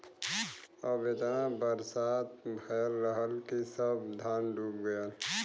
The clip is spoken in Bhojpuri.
अब एतना बरसात भयल रहल कि सब धान डूब गयल